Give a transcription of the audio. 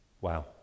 Wow